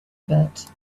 bit